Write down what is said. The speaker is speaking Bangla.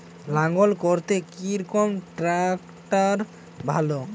লাঙ্গল করতে কি রকম ট্রাকটার ভালো?